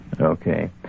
Okay